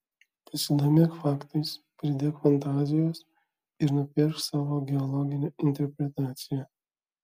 pasidomėk faktais pridėk fantazijos ir nupiešk savo geologinę interpretaciją